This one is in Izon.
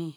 de